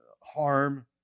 harm